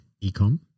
e-com